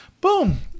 boom